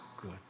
good